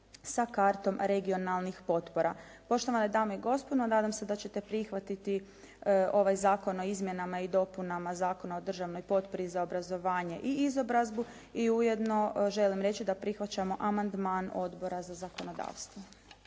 sa kartom regionalnih potpora. Poštovane dame i gospodo, nadam se da ćete prihvatiti ovaj Zakon o izmjenama i dopunama Zakona o državnoj potpori za obrazovanje i izobrazbu i ujedno želim reći da prihvaćamo amandman Odbora za zakonodavstvo.